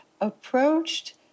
approached